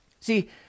See